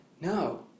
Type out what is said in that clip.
no